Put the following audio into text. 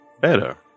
better